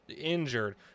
injured